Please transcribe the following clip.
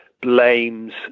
blames